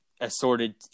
assorted